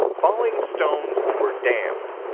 falling stones were damned.